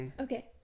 Okay